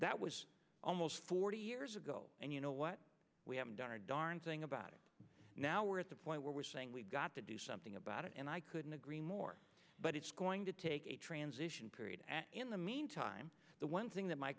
that was almost forty years ago and you know what we haven't done a darn thing about it now we're at the point where we're saying we've got to do something about it and i couldn't agree more but it's going to take a transition period in the meantime the one thing that my